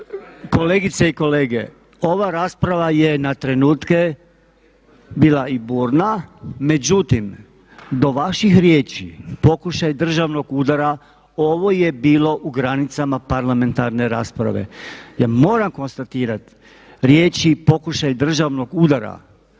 Kolegice i kolege ova rasprava je na trenutke bila i burna, međutim do vaših riječi pokušaj državnog udara ovo je bilo u granicama parlamentarne rasprave. Ja moram konstatirati riječi "pokušaj državnog udara"